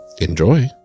Enjoy